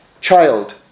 child